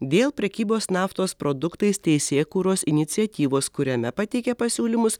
dėl prekybos naftos produktais teisėkūros iniciatyvos kuriame pateikė pasiūlymus